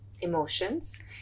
emotions